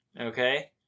Okay